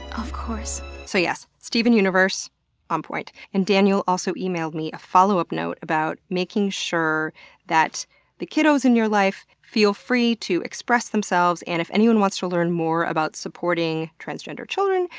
of course. so yes, steven universe on point. and daniel also emailed me a follow-up note about making sure that the kiddos in your life feel free to express themselves. and if anyone wants to learn more about supporting transgender children,